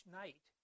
night